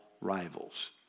rivals